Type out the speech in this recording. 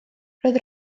roedd